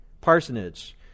parsonage